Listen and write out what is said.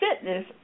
fitness